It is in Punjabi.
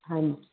ਹਾਂਜੀ